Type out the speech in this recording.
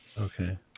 Okay